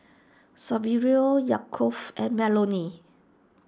Saverio Yaakov and Melony